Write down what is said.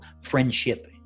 friendship